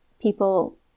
people